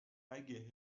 اگه